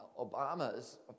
Obama's